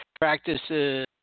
practices